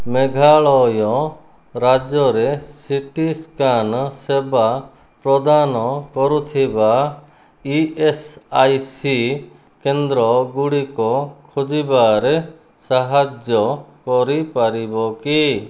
ମେଘାଳୟ ରାଜ୍ୟରେ C T scan ସେବା ପ୍ରଦାନ କରୁଥିବା ଇ ଏସ୍ ଆଇ ସି କେନ୍ଦ୍ରଗୁଡ଼ିକ ଖୋଜିବାରେ ସାହାଯ୍ୟ କରିପାରିବ କି